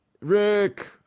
Rick